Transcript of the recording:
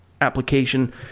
application